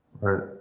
right